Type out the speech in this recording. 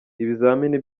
ibizamini